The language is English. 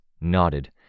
nodded